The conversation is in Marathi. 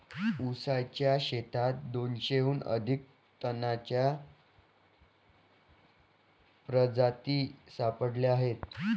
ऊसाच्या शेतात दोनशेहून अधिक तणांच्या प्रजाती सापडल्या आहेत